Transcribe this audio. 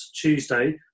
Tuesday